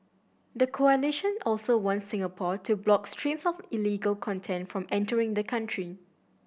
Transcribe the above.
the coalition also wants Singapore to block streams of illegal content from entering the country